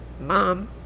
mom